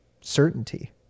certainty